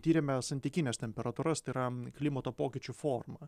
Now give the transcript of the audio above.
tyrėme santykines temperatūras tai yra klimato pokyčių forma